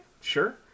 sure